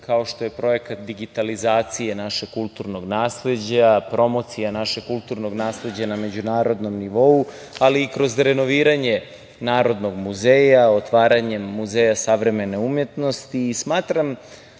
kao što je projekat digitalizacije našeg kulturnog nasleđa, promocija našeg kulturno nasleđa na međunarodnom nivou, ali i kroz renoviranje Narodnog muzeja, otvaranjem Muzeja savremene umetnosti.